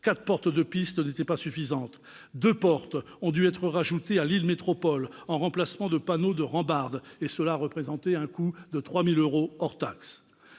quatre portes de piste n'étaient pas suffisantes. Deux portes ont ainsi dû être ajoutées à Lille Métropole, en remplacement de panneaux de rambarde, pour un coût de 3 000 euros hors taxe.